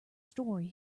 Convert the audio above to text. story